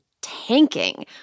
tanking